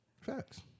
Facts